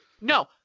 No